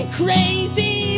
crazy